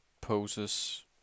poses